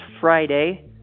Friday